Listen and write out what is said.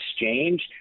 exchange